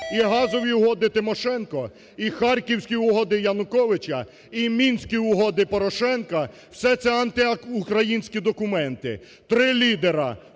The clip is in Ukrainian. І газові угоди Тимошенко, і Харкові угоди Януковича, і Мінські угоди Порошенка – все це антиукраїнські документи. Три лідера: